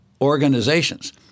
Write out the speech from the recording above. organizations